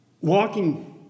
walking